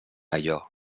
allò